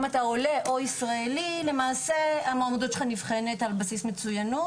אם אתה עולה או ישראלי למעשה המועמדות שלך נבחנת על בסיס מצויינות.